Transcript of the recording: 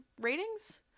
ratings